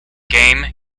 game